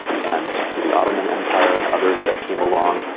and to the ottoman empire and others that came along.